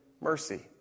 mercy